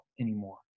anymore